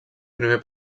primer